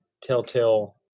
telltale